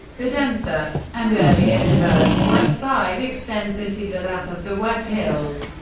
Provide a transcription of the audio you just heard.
the denser and earlier-developed west side extends into the lap of the west hills,